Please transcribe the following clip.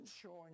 showing